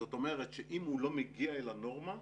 זאת אומרת שאם הוא לא מגיע אל הנורמה,